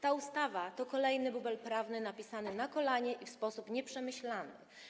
Ta ustawa to kolejny bubel prawny napisany na kolanie i w sposób nieprzemyślany.